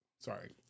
sorry